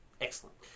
Excellent